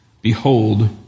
Behold